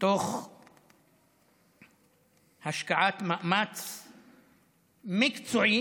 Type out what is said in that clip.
תוך השקעת מאמץ מקצועי